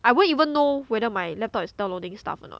I won't even know whether my laptop is downloading stuff or not